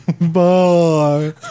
Bye